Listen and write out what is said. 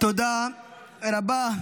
תודה רבה.